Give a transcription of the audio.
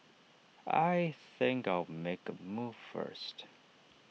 I think I'll make A move first